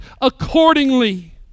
accordingly